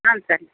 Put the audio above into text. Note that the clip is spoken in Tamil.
ஆ சரிங்க